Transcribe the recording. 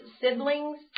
siblings